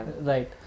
Right